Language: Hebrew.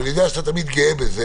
ואני יודע שאתה תמיד גאה בזה